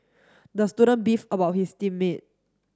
the student beef about his team mate